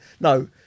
no